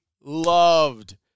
loved